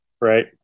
right